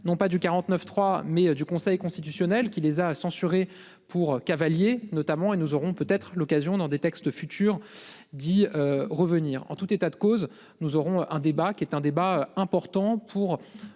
Non pas du 49.3. Mais du Conseil constitutionnel qui les a censuré pour Cavaliers notamment et nous aurons peut être l'occasion dans des textes futur d'y revenir, en tout état de cause, nous aurons un débat qui est un débat important pour